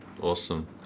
Awesome